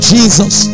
Jesus